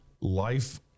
life